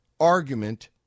Argument